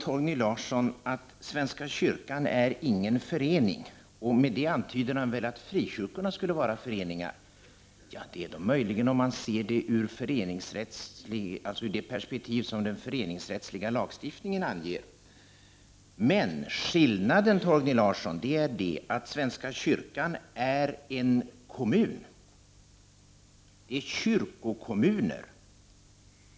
Torgny Larsson säger att svenska kyrkan inte är någon förening. Med det antyder han väl att frikyrkorna skulle vara föreningar. Det är de möjligen om man ser det ur det perspektiv som den föreningsrättsliga lagstiftningen anger. Men skillnaden, Torgny Larsson, är att svenska kyrkan är en kommun. Vi har kyrkokommuner.